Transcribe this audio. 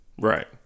Right